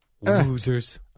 Losers